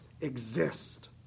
exist